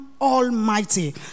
Almighty